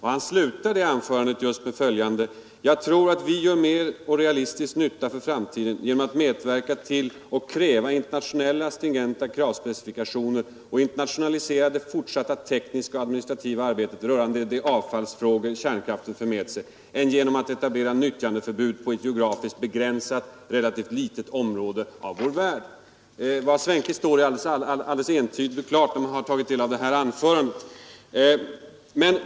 Han slutade det anförandet med följande ord: ”I den situation som föreligger ——— bedömer jag att vi gör mer och realistisk nytta för framtiden genom att medverka till och kräva internationella stringenta kravspecifikationer och internationalisera det fortsatta tekniska och administrativa arbetet rörande de avfallsfrågor kärnkraften för med sig än genom att etablera nyttjandeförbud på ett geografiskt begränsat relativt litet område av vår värld.” Var Svenke står är alldeles entydigt när man har tagit del av det här anförandet.